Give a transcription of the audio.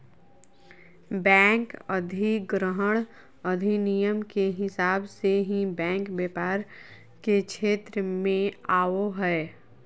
bank अधिग्रहण अधिनियम के हिसाब से ही बैंक व्यापार के क्षेत्र मे आवो हय